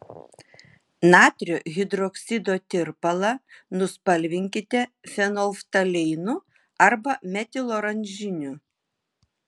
natrio hidroksido tirpalą nuspalvinkite fenolftaleinu arba metiloranžiniu